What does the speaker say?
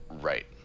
Right